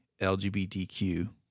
LGBTQ